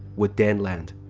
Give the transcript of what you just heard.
will then land.